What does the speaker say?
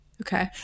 okay